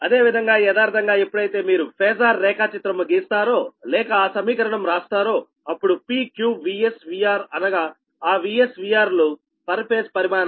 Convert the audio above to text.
అదే విధంగా యదార్ధంగా ఎప్పుడైతే మీరు ఫేజార్ రేఖా చిత్రము గీస్తారో లేక ఆ సమీకరణం రాస్తారో అప్పుడు P Q VS VR అనగా ఆ VS VR లు పర్ ఫేజ్ పరిమాణాలు